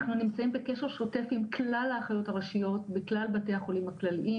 אנחנו נמצאים בקשר שוטף עם כלל האחיות הראשיות בכלל בתי החולים הכלליים,